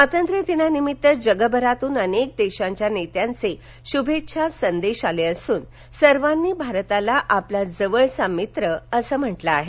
स्वातंत्र्य दिनानिम्मित जगभरातून अनेक देशांच्या नेत्यांचे शुभेच्छा संदेश आले असून सर्वांनी भारताला आपला जवळचा मित्र म्हंडिक आहे